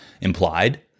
implied